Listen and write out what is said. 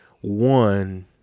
one